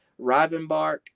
Rivenbark